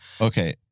Okay